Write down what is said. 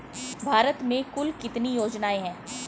भारत में कुल कितनी योजनाएं हैं?